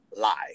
lie